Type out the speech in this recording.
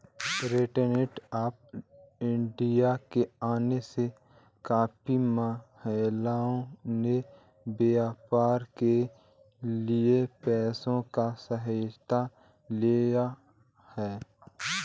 stand up India के आने से काफी महिलाओं ने व्यापार के लिए पैसों की सहायता ली है